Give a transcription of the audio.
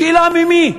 השאלה ממי.